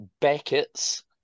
Beckett's